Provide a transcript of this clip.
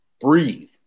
breathe